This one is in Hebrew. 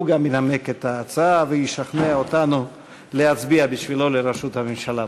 הוא גם ינמק את ההצעה וישכנע אותנו להצביע בשבילו לראשות הממשלה.